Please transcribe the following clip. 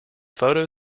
photo